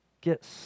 get